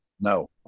No